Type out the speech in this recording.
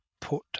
put